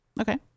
Okay